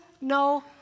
no